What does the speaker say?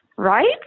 Right